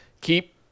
keep